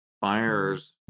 fires